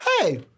hey